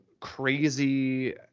crazy